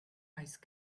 ice